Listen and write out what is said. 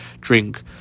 drink